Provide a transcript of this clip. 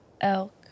elk